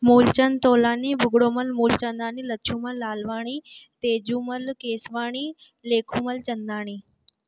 Moolchand Taulani Bhugromal Moolchandani Laxman Lalwani Taijumal Keswani Lekhumal Chandani